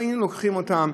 אבל היינו לוקחים אותם,